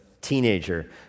teenager